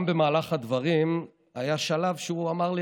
גם במהלך הדברים היה שלב שהוא אמר לי: